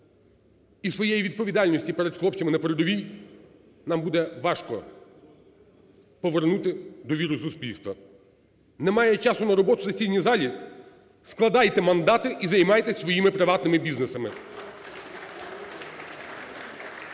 і своєї відповідальності перед хлопцями на передовій нам буде важко повернути довіру суспільства. Немає часу на роботу в сесійній залі? Складайте мандати і займайтеся своїми приватними бізнесами.